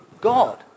God